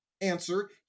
answer